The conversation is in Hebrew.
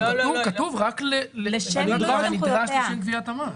כתוב: רק הנדרש לשם גביית המס.